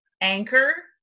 Anchor